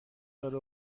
داره